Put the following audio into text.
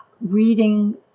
reading